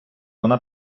вона